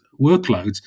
workloads